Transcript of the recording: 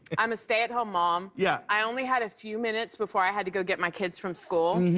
i'm a stay-at-home mom. yeah i only had a few minutes before i had to go get my kids from school.